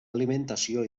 alimentació